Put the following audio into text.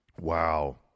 Wow